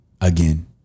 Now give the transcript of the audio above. again